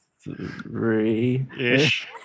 three-ish